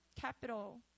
capital